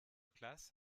classe